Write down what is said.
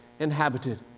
Inhabited